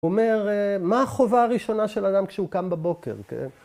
‫הוא אומר, מה החובה הראשונה ‫של אדם כשהוא קם בבוקר?